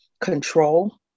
control